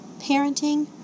parenting